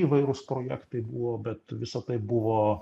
įvairūs projektai buvo bet visa tai buvo